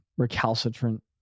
recalcitrant